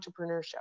entrepreneurship